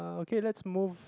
okay let's move